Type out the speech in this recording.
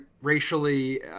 racially